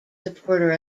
supporter